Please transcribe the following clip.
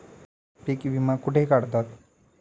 पीक विमा कुठे काढतात?